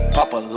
Papa